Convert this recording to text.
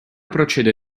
procede